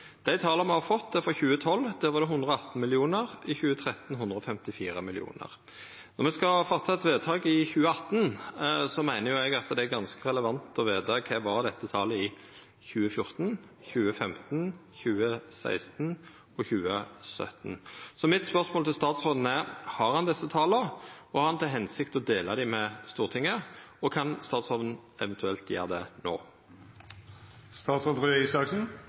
Dei tala me har fått, er frå 2012. Då var det 118 mill. kr. I 2013 var det 154 mill. kr. Når me skal gjera eit vedtak i 2018, meiner eg det er ganske relevant å vita kva dette talet var i 2014, 2015, 2016 og 2017. Så mitt spørsmål til statsråden er: Har han desse tala, og har han til hensikt å dela dei med Stortinget? Og kan statsråden eventuelt gjera det